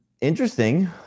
interesting